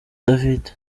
david